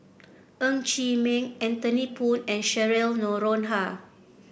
Ng Chee Meng Anthony Poon and Cheryl Noronha